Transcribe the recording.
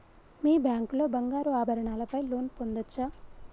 మీ bank లో బంగారు ఆభరణాల పై లోన్ పొందచ్చా?